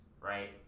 right